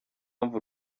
mpamvu